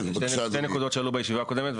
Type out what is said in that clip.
יש שתי נקודות שעלו בישיבה הקודמת,